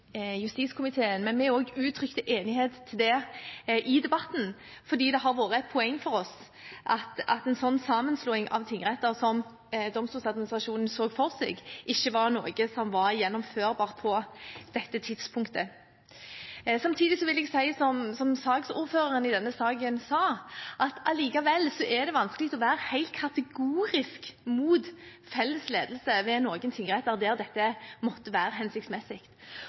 justiskomiteen, men også vi uttrykte tilslutning til det i debatten fordi det har vært et poeng for oss at en slik sammenslåing av tingretter som Domstoladministrasjonen så for seg, ikke var gjennomførbart på dette tidspunktet. Samtidig vil jeg si – som også saksordføreren for denne saken sa – at det allikevel er vanskelig å være helt kategorisk imot felles ledelse ved noen tingretter der dette måtte være hensiktsmessig.